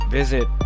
visit